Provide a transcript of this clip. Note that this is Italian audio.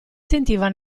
sentiva